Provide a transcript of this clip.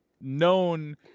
known